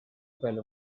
pel